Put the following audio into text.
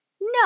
No